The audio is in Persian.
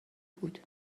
بود